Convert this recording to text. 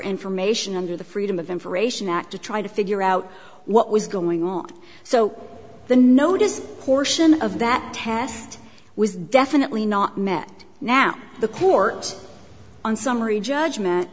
information under the freedom of information act to try to figure out what was going on so the notice courson of that test was definitely not met now the court on summary judgment